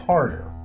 Harder